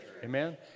Amen